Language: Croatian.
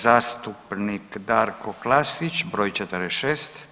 Zastupnik Darko Klasić broj 46.